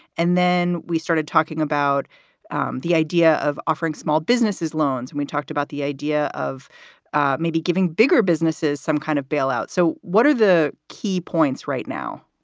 and then we started talking about um the idea of offering small businesses loans and we talked about the idea of maybe giving bigger businesses some kind of bailout. so what are the key points right now?